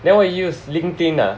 then what you use LinkedIn ah